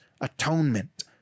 atonement